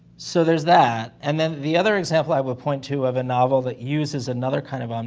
so, there's that, and then the other example, i would point to of a novel that uses another kind of, um